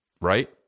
Right